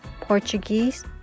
Portuguese